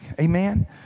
Amen